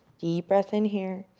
deep breath in here